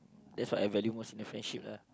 that's what I value most in a friendship lah